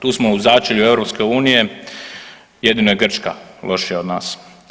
Tu smo u začelju EU jedino je Grčka lošija od nas.